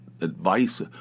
advice